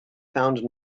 found